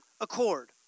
accord